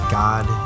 god